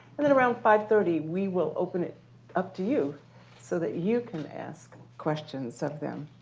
and then around five thirty, we will open it up to you so that you can ask questions of them.